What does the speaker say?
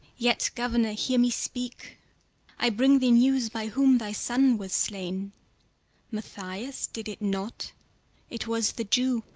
yet, governor, hear me speak i bring thee news by whom thy son was slain mathias did it not it was the jew.